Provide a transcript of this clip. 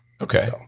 Okay